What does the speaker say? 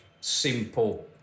simple